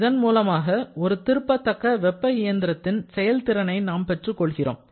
இதன் மூலமாக ஒரு திருப்பத்தை வெப்ப இயந்திரத்தின் செயல் திறனை நாம் பெற்றுக் கொள்கிறோம்